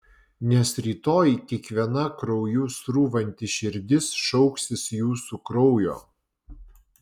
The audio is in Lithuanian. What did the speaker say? nes rytoj kiekviena krauju srūvanti širdis šauksis jūsų kraujo